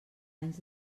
anys